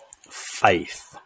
faith